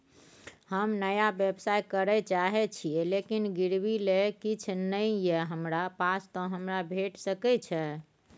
हम नया व्यवसाय करै चाहे छिये लेकिन गिरवी ले किछ नय ये हमरा पास त हमरा भेट सकै छै?